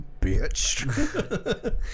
Bitch